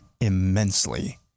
immensely